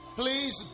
please